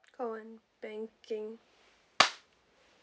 call one banking